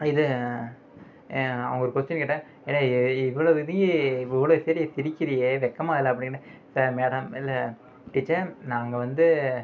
இது அவங்க ஒரு கொஸ்ட்டின் கேட்டால் இவ்வளோ இதையும் இவ்வளோ சேதியை திணிக்கிறீயே வைக்கமா இல்லை அப்படின்னு மேடம் இல்லை டீச்சர் நாங்கள் வந்து